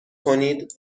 کنید